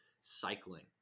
cycling